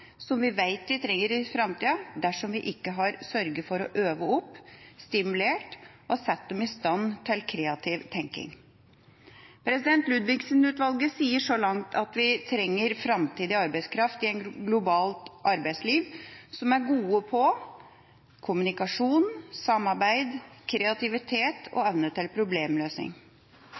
som vi vet vi trenger i framtida, dersom vi ikke sørger for å øve opp, stimulere og sette dem i stand til kreativ tenking? Ludvigsen-utvalget sier så langt at vi trenger framtidig arbeidskraft i et globalt arbeidsliv som er god på kommunikasjon, samarbeid, kreativitet og